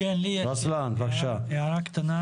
הערה קטנה.